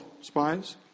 spies